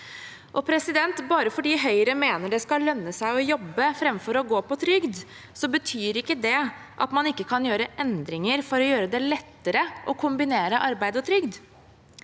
i sosialpolitikken. At Høyre mener det skal lønne seg å jobbe framfor å gå på trygd, betyr ikke at man ikke kan gjøre endringer for å gjøre det lettere å kombinere arbeid og trygd.